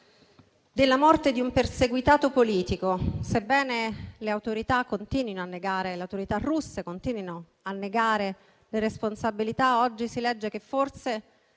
della morte di un perseguitato politico. Sebbene le autorità russe continuino a negare le responsabilità, oggi si legge che forse